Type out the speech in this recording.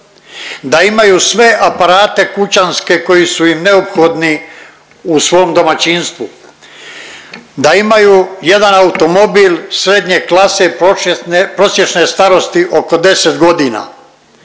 da imaju sve aparate kućanske koji su im neophodni u svom domaćinstvu, da imaju jedan automobil srednje klase prosječne starosti oko 10 godina,